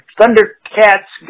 Thundercats